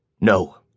No